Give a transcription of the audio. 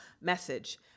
message